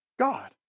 god